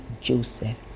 joseph